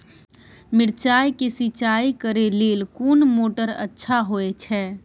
मिर्चाय के सिंचाई करे लेल कोन मोटर अच्छा होय छै?